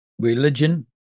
Religion